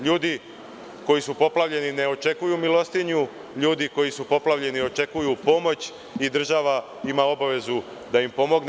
Ljudi koji su poplavljeni ne očekuju milostinju, ljudi koji su poplavljeni očekuju pomoć i država ima obavezu da im pomogne.